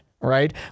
Right